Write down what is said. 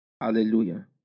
Hallelujah